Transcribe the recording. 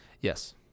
Yes